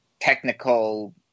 technical